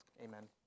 amen